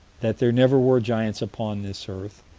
that there never were giants upon this earth,